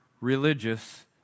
religious